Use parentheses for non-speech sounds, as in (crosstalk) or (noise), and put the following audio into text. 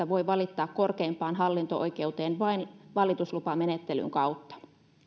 (unintelligible) voi valittaa korkeimpaan hallinto oikeuteen vain valituslupamenettelyn kautta